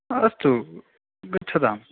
अस्तु गच्छतां